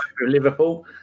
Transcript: Liverpool